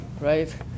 right